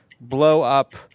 blow-up